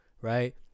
Right